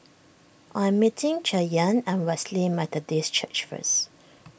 I'm meeting Cheyanne at Wesley Methodist Church first